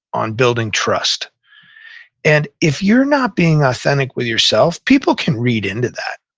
on building trust and if you're not being authentic with yourself, people can read into that.